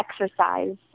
exercise